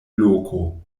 loko